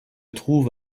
trouve